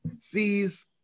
sees